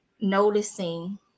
noticing